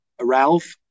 Ralph